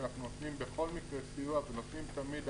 אנחנו נותנים בכל מקרה סיוע והעדפה